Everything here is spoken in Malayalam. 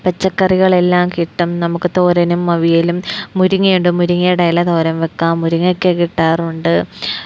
പച്ചക്കറികളെല്ലാം കിട്ടും നമുക്ക് തോരനും അവിയലും മുരിങ്ങയുണ്ട് മുരിങ്ങയുടെയില തോരൻ വെയ്ക്കാം മുരിങ്ങയ്ക്ക കിട്ടാറുണ്ട്